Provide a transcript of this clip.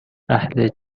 اهل